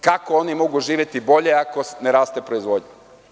Kako oni mogu živeti bolje, ako ne raste proizvodnja?